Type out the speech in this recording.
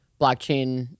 Blockchain